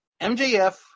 MJF